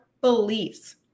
beliefs